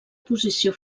posició